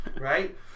right